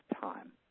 time